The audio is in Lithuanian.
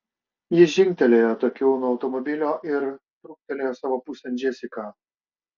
jis žingtelėjo atokiau nuo automobilio ir truktelėjo savo pusėn džesiką